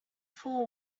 fool